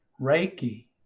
Reiki